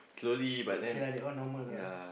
okay lah that one normal lah